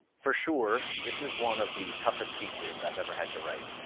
for sure this is one of the toughest speeches i've ever had to write.